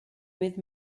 vez